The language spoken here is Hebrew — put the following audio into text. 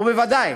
ובוודאי